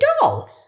doll